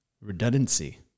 redundancy